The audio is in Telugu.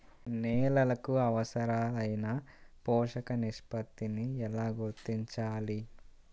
నేలలకు అవసరాలైన పోషక నిష్పత్తిని ఎలా గుర్తించాలి?